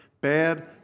Bad